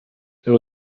there